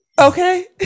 Okay